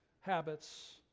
habits